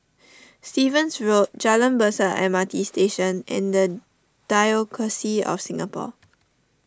Stevens Road Jalan Besar M R T Station and the Diocese of Singapore